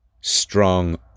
strong